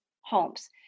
homes